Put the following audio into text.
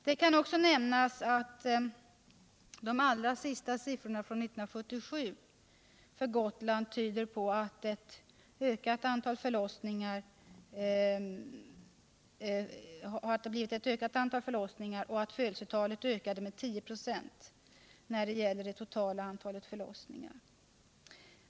Det kan också nämnas att de allra sista siffrorna från 1977 för Gotland tyder på ett ökat antal förlossningar, och födelsetalet ökade med 10 96.